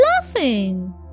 laughing